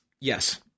Yes